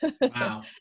Wow